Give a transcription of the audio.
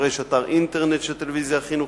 כבר יש אתר אינטרנט של הטלוויזיה החינוכית,